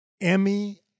Emmy